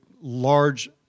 large